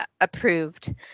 Approved